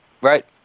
right